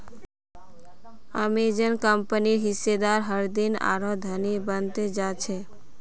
Amazon कंपनीर हिस्सेदार हरदिन आरोह धनी बन त जा छेक